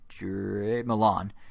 Milan